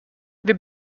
wir